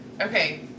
Okay